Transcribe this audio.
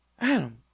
Adam